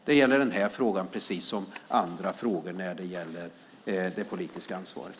Det gäller den här frågan precis som andra frågor när det gäller det politiska ansvaret.